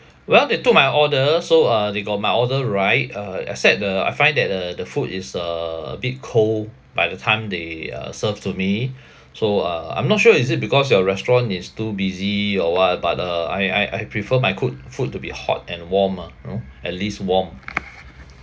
well they took my order so uh they got my order right uh except the I find that the the food is uh a bit cold by the time they uh served to me so uh I'm not sure is it because your restaurant is too busy or what but uh I I I prefer my cooked food to be hot and warm ah you know at least warm